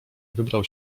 wybrał